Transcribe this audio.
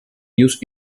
used